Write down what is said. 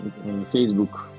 Facebook